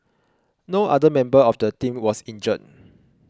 no other member of the team was injured